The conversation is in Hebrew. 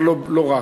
אבל לא רק.